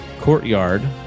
courtyard